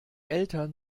eltern